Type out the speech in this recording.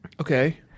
Okay